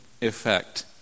effect